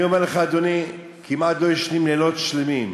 אני אומר לך, אדוני, כמעט לא ישנים, לילות שלמים,